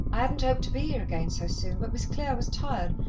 i hadn't hoped to be here again so soon, but miss clare was tired,